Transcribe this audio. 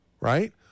right